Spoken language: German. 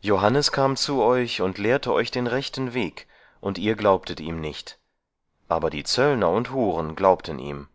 johannes kam zu euch und lehrte euch den rechten weg und ihr glaubtet ihm nicht aber die zöllner und huren glaubten ihm